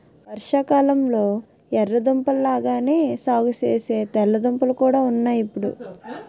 వర్షాకాలంలొ ఎర్ర దుంపల లాగానే సాగుసేసే తెల్ల దుంపలు కూడా ఉన్నాయ్ ఇప్పుడు